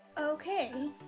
Okay